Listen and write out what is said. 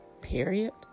period